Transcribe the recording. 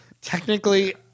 Technically